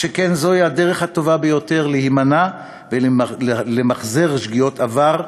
שכן זוהי הדרך הטובה ביותר להימנע מלמחזר שגיאות עבר,